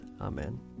Amen